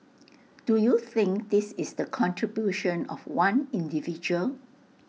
do you think this is the contribution of one individual